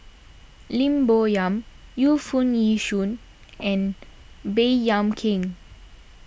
Lim Bo Yam Yu Foo Yee Shoon and Baey Yam Keng